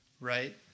right